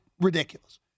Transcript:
ridiculous